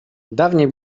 dawniej